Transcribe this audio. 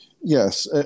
Yes